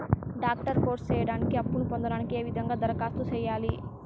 Doctor course సేయడానికి అప్పును పొందడానికి ఏ విధంగా దరఖాస్తు సేయాలి?